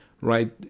right